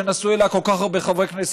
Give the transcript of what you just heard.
שנסעו אליה כל כך הרבה חברי כנסת?